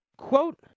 Quote